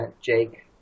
Jake